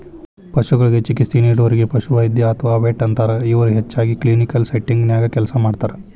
ಪಶುಗಳಿಗೆ ಚಿಕಿತ್ಸೆ ನೇಡೋರಿಗೆ ಪಶುವೈದ್ಯ ಅತ್ವಾ ವೆಟ್ ಅಂತಾರ, ಇವರು ಹೆಚ್ಚಾಗಿ ಕ್ಲಿನಿಕಲ್ ಸೆಟ್ಟಿಂಗ್ ನ್ಯಾಗ ಕೆಲಸ ಮಾಡ್ತಾರ